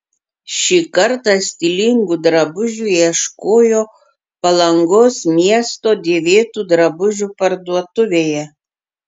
šį kartą stilingų drabužių ieškojo palangos miesto dėvėtų drabužių parduotuvėje